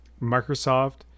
Microsoft